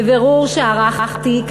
בבירור שערכתי,